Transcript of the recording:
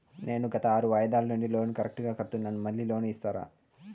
నేను గత ఆరు వాయిదాల నుండి లోను కరెక్టుగా కడ్తున్నాను, మళ్ళీ లోను ఇస్తారా?